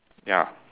ya